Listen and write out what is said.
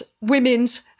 women's